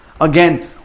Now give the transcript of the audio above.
Again